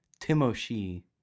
Timoshi